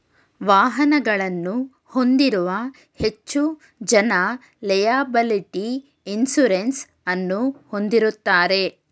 ವಾಹನಗಳನ್ನು ಹೊಂದಿರುವ ಹೆಚ್ಚು ಜನ ಲೆಯಬಲಿಟಿ ಇನ್ಸೂರೆನ್ಸ್ ಅನ್ನು ಹೊಂದಿರುತ್ತಾರೆ